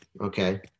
okay